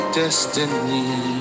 destiny